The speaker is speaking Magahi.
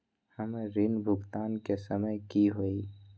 हमर ऋण भुगतान के समय कि होई?